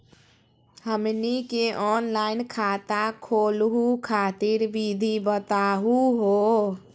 हमनी के ऑनलाइन खाता खोलहु खातिर विधि बताहु हो?